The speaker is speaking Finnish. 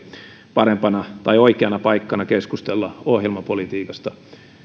parempana tai oikeana paikkana keskustella ohjelmapolitiikasta